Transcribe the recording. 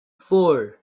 four